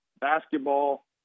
basketball